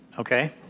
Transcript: Okay